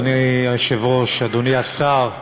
אדוני היושב-ראש, אדוני השר,